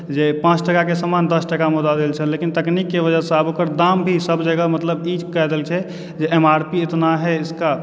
जे पाँच टकाकऽ सामान दश टकामऽ दऽ दैत छल लेकिन तकनीककऽ वजहसँ आब ओकर दाम भी सभ जगह मतलब ई कए देल छै जे एम आर पी इतना है इसका